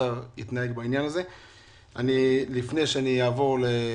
הטיעון השני שהבאתם הוא עלות לאותו מטופל,